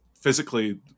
physically